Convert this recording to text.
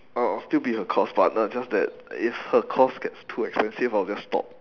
I'll I'll still be her course partner just that if her course gets too expensive I'll just stop